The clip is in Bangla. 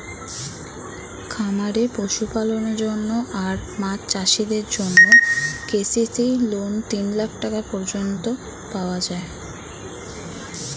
খামারে পশুপালনের জন্য আর মাছ চাষিদের জন্যে কে.সি.সি লোন তিন লাখ টাকা পর্যন্ত পাওয়া যায়